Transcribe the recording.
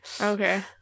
Okay